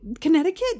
connecticut